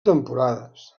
temporades